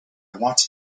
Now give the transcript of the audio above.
want